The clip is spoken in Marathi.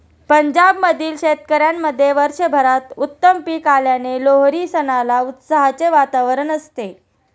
पंजाब मधील शेतकऱ्यांमध्ये वर्षभरात उत्तम पीक आल्याने लोहरी सणाला उत्साहाचे वातावरण असते